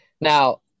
Now